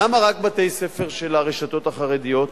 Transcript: למה רק בתי-ספר של הרשתות החרדיות?